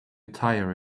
tire